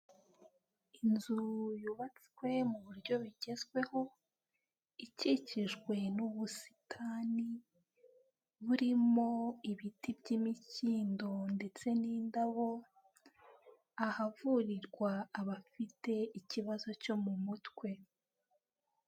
Inzu yubatswe mu buryo bigezweho, ikikijwe n'ubusitani burimo ibiti by'imikindo ndetse n'indabo, ahavurirwa abafite ikibazo cyo mu mutwe.